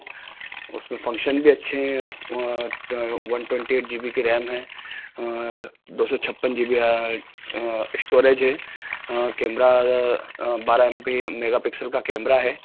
उसमें फ़ंक्शन भी अच्छे हें one twenty eight G B की रैम है दो सौ छप्पन जी बी इश्टोरेज है केमरा बारह एम पी मेगा पिक्सल का केमरा है